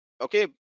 okay